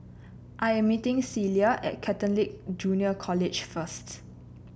I'm meeting Celia at Catholic Junior College first